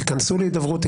תיכנסו להידברות ,